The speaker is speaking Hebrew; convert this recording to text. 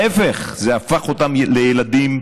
ההפך, זה הפך אותם לילדים פתוחים,